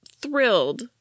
thrilled